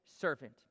servant